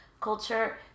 culture